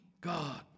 God